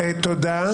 תודה.